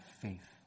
faith